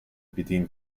between